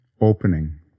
opening